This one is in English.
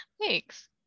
Thanks